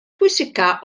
pwysicaf